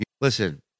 Listen